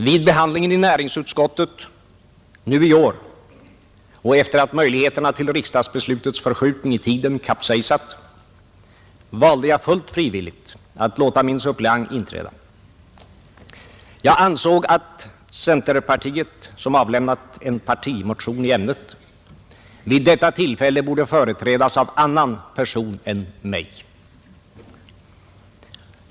Vid behandlingen i näringsutskottet nu i år och efter att möjligheterna till riksdagsbeslutets förskjutning i tiden kapsejsat valde jag fullt frivilligt att låta min suppleant inträda. Jag ansåg att centerpartiet, som avlämnat en partimotion i ämnet, vid detta tillfälle borde företrädas av annan person än mig.